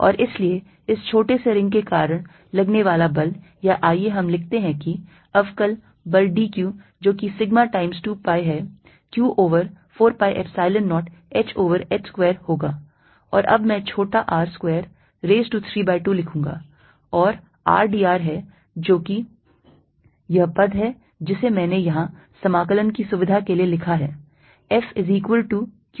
और इसलिए इस छोटे से रिंग के कारण लगने वाला बल या आइए हम लिखते हैं कि अवकल बल d Q जो कि sigma times 2 pi है Q over 4 pi Epsilon 0 h over h square होगा और अब मैं छोटा r square raise to 3 by 2 लिखूंगा और r dr है जो कि यह पद है जिसे मैंने यहां समाकलन की सुविधा के लिए लिखा है